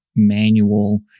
Manual